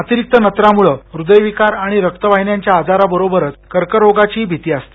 अतिरिक्त नत्रामुळं हृदय विकार आणि रक्त वाहिन्यांच्या आजारांबरोबरच कर्करोगाचीही भीती असते